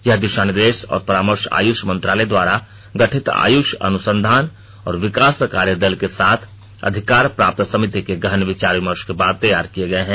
यह दिशा निर्देश और परामर्श आयुष मंत्रालय द्वारा गठित आयुष अनुसंधान और विकास कार्य दल के साथ अधिकार प्राप्त समिति के गहन विचार विमर्श के बाद तैयार किए गए हैं